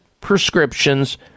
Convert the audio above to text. prescriptions